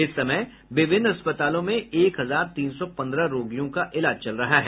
इस समय विभिन्न अस्पतालों में एक हजार तीन सौ पंद्रह रोगियों का इलाज चल रहा है